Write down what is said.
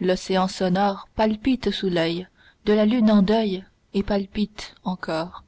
l'océan sonore palpite sous l'oeil de la lune en deuil et palpite encore